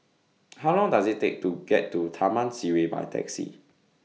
How Long Does IT Take to get to Taman Sireh By Taxi